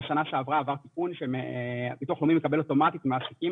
בשנה שעברה עבר תיקון שביטוח הלאומי מקבל אוטומטית ממעסיקים